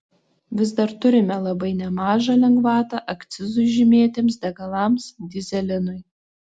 vis dar turime labai nemažą lengvatą akcizui žymėtiems degalams dyzelinui